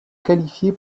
qualifié